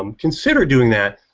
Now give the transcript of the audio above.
um consider doing that.